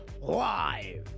live